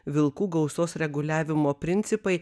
vilkų gausos reguliavimo principai